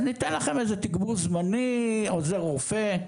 אז ניתן לכם איזה תגבור זמני, עוזר רופא.